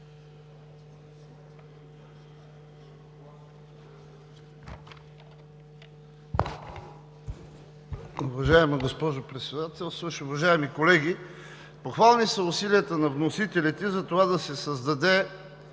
Уважаема госпожо Председателстващ, уважаеми колеги, похвални са усилията на вносителите за това да се създаде